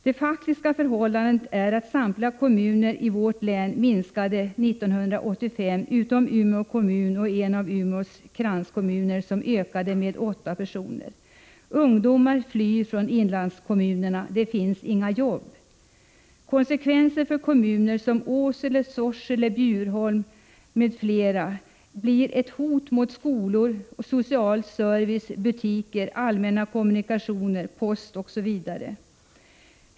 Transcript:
Det faktiska förhållandet är att samtliga kommuner i vårt län minskade 1985 utom Umeå kommun och en av Umeås kranskommuner, vilken ökade med åtta personer. Ungdomar flyr från inlandskommunerna — det finns inga jobb. Konsekvenserna för kommuner som Åsele, Sorsele, Bjurholm, m.fl. blir att skolor, social service, butiker, allmänna kommunikationer, post, osv. hotas.